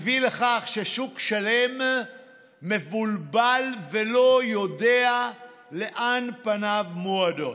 הביאה לכך ששוק שלם מבולבל ולא יודע לאן פניו מועדות.